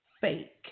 fake